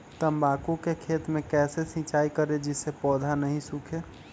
तम्बाकू के खेत मे कैसे सिंचाई करें जिस से पौधा नहीं सूखे?